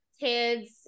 kids